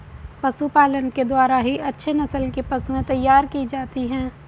पशुपालन के द्वारा ही अच्छे नस्ल की पशुएं तैयार की जाती है